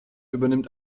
übernimmt